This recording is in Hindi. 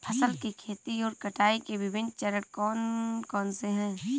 फसल की खेती और कटाई के विभिन्न चरण कौन कौनसे हैं?